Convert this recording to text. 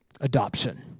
adoption